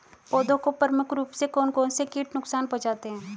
पौधों को प्रमुख रूप से कौन कौन से कीट नुकसान पहुंचाते हैं?